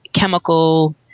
chemical